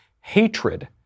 hatred